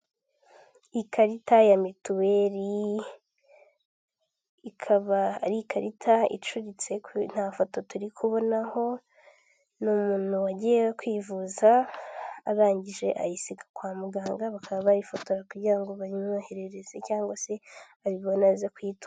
Ikarita ya mituweli, ikaba ari ikarita icuritse kuri nta foto turi kubonaho, ni umuntu wagiye kwivuza arangije ayisiga kwa muganga, bakaba bayifotora kugira ngo bayimwoherereze cyangwa se nabibona aze kuyito..